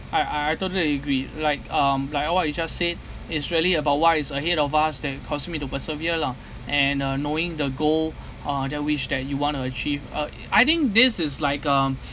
I I totally agree like um like what you just said it's really about what is ahead of us that cause me to persevere lah and uh knowing the goal uh that wish that you want to achieve uh I think this is like um